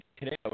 today